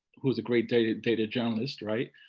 who was a great data data journalist, right?